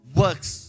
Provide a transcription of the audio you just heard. works